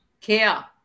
care